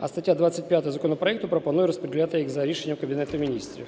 а стаття 25 законопроекту пропонує розподіляти їх за рішенням Кабінету Міністрів.